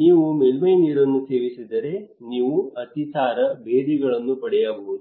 ನೀವು ಮೇಲ್ಮೈ ನೀರನ್ನು ಸೇವಿಸಿದರೆ ನೀವು ಅತಿಸಾರ ಭೇದಿಗಳನ್ನು ಪಡೆಯಬಹುದು